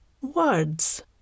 words